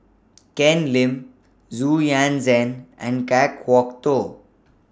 Ken Lim Xu Yuan Zhen and Kan Kwok Toh